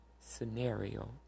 scenario